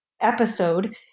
episode